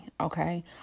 okay